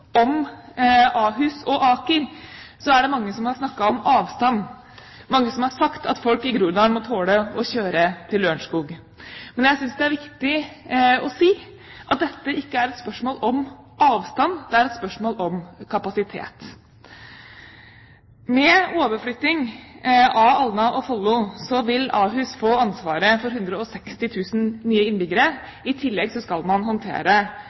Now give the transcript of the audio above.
om Ahus og Aker er det mange som har snakket om avstand, mange som har sagt at folk i Groruddalen må tåle å kjøre til Lørenskog. Men jeg synes det er viktig å si at dette ikke er et spørsmål om avstand; det er et spørsmål om kapasitet. Med overflytting av Alna og Follo vil Ahus få ansvaret for 160 000 nye innbyggere. I tillegg skal man håndtere